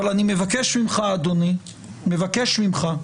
אני מבקש ממך אדוני, מבקש ממך,